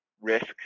risk